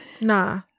nah